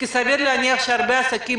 כי סביר להניח שהרבה עסקים